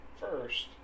First